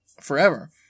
forever